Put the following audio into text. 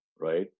right